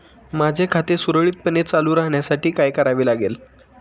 माझे खाते सुरळीतपणे चालू राहण्यासाठी काय करावे लागेल?